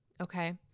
okay